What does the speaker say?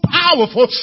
powerful